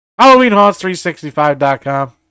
HalloweenHaunts365.com